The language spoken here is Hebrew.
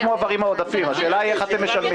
מועברים העודפים השאלה היא איך אתם משלמים.